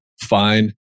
Fine